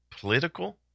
political